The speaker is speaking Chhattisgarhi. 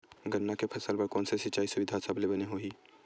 गन्ना के फसल बर कोन से सिचाई सुविधा सबले बने होही?